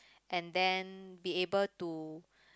and then be able to